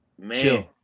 Man